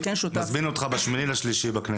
יהיה שותף --- נזמין אותך ב-8 במרץ לכנסת.